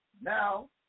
Now